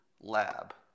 lab